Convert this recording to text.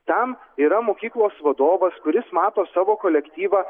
tam yra mokyklos vadovas kuris mato savo kolektyvą